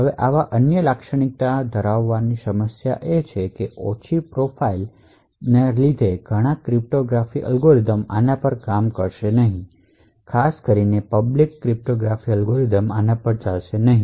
હવે આવી લો પ્રોફાઇલ લાક્ષણિકતાઓની સમસ્યા એ છે કે ઘણાં ક્રિપ્ટોગ્રાફિક એલ્ગોરિધમ્સ આના પર કામ કરશે નહીં ખાસ કરીને પબ્લિક ક્રિપ્ટોગ્રાફી એલ્ગોરિધમ્સ આના પર કામ કરશે નહીં